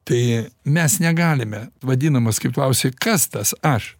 tai mes negalime vadinamas kaip klausei kas tas aš